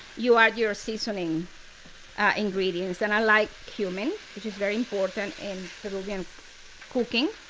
you add your seasoning ah ingredients. and i like cumin, which is very important in peruvian cooking.